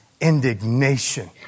Indignation